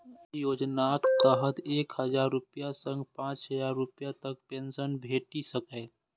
अय योजनाक तहत एक हजार रुपैया सं पांच हजार रुपैया तक पेंशन भेटि सकैए